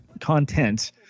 content